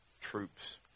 troops